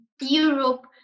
Europe